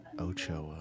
Ochoa